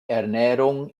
ernährung